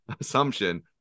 assumption